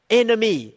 enemy